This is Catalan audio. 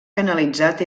canalitzat